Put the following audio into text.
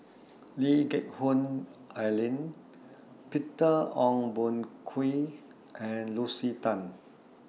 Lee Geck Hoon Ellen Peter Ong Boon Kwee and Lucy Tan